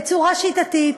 בצורה שיטתית,